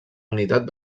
unitat